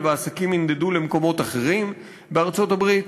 והעסקים ינדדו למקומות אחרים בארצות-הברית.